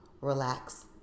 relax